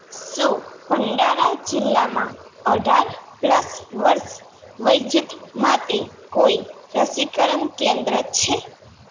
શું ભંડારા જિલ્લામાં અઢાર પ્લસ વર્ષ વયજૂથ માટે કોઈ રસીકરણ કેન્દ્ર છે